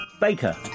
Baker